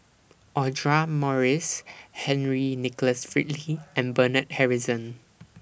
Audra Morrice Henry Nicholas and Bernard Harrison